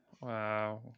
Wow